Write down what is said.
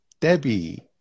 Debbie